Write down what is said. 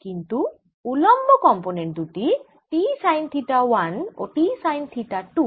কিন্তু উল্লম্ব কম্পোনেন্ট দুটি T সাইন থিটা 1 ও T সাইন থিটা 2